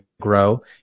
grow